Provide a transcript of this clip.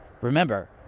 Remember